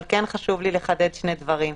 אבל כן חשוב לי לחדד שני דברים: